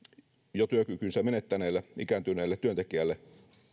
jo työkykynsä menettäneelle ikääntyneelle työntekijälle